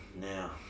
now